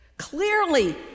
Clearly